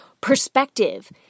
perspective